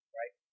right